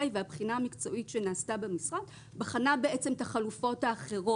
הבחינה המקצועית שנעשתה במשרד בחנה את החלופות האחרות.